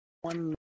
one